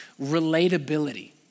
relatability